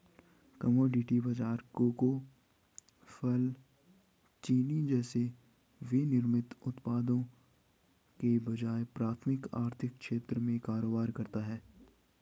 commodity बाजार cocoa, फल, चीनी जैसे विनिर्मित उत्पादों के बजाय प्राथमिक आर्थिक क्षेत्र में कारोबार करता है